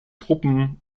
truppen